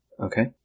Okay